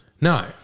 No